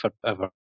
forever